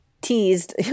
teased